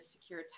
secure